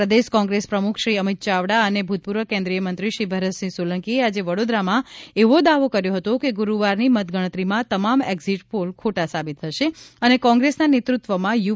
પ્રદેશ Congress પ્રમુખ શ્રી અમીત ચાવડા અને ભૂતપૂર્વ કેન્દ્રિયમંત્રી શ્રી ભરતસિંહ સોલંકીએ આજે વડોદરામાં એવો દાવો કર્યો હતો કે ગુરૂવારની મતગણતરીમાં તમામ એક્ઝિટ પોલ ખોટા સાબિત થશે અને કોંગ્રેસના નેતૃત્વમાં યુ